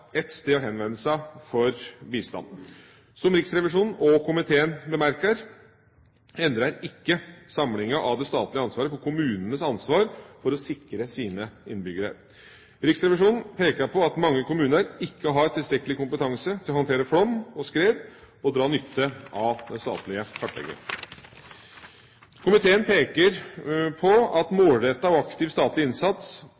ett sted å henvende seg for bistand. Som Riksrevisjonen og komiteen bemerker, endrer ikke samlinga av det statlige ansvaret på kommunenes ansvar for å sikre sine innbyggere. Riksrevisjonen peker på at mange kommuner ikke har tilstrekkelig kompetanse til å håndtere flom og skred og til å dra nytte av den statlige kartlegginga. Komiteen peker på at